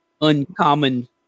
uncommon